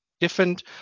Different